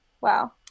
wow